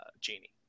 Genie